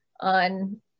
on